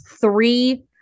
three